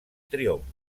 triomf